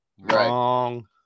wrong